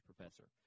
professor